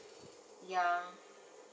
ya